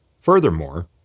Furthermore